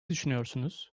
düşünüyorsunuz